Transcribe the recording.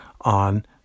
on